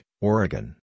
Oregon